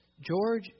George